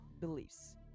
beliefs